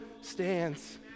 stands